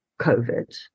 COVID